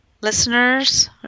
listeners